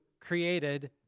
created